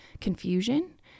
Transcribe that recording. confusion